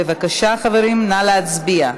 בבקשה חברים, נא להצביע.